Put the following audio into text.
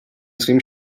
svým